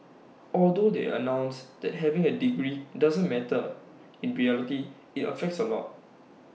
although they announced that having A degree doesn't matter in reality IT affects A lot